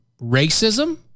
racism